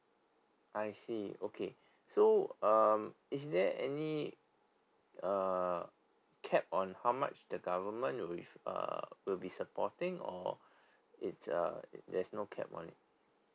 I see okay so um is there any uh cap on how much the government will be uh will be supporting or it's a there's no cap on it